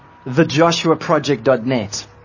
thejoshuaproject.net